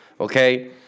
Okay